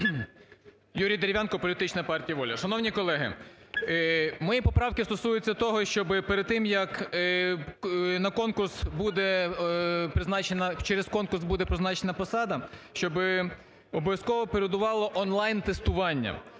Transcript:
Юрій Дерев'янко, політична партія "Воля". Шановні колеги, мої поправки стосуються того, щоб перед тим як на конкурс буде призначена… через конкурс буде призначена посада, щоб обов'язково передувало онлайн тестування,